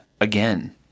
again